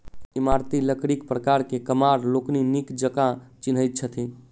इमारती लकड़ीक प्रकार के कमार लोकनि नीक जकाँ चिन्हैत छथि